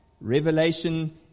Revelation